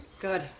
good